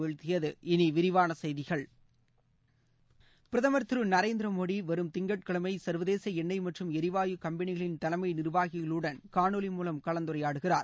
வீழ்த்தியது இனி விரிவான செய்திகள் பிரதமர் திருநரேந்திர மோடி வரும் திங்கட்கிழமை சர்வதேச எண்ணெய் மற்றும் எரிவாயு கம்பெனிகளின் தலைமை நிர்வாகிகளுடன் காணொளி மூலம் கலந்துரையாடுகிறார்